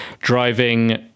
driving